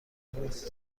بود